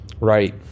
Right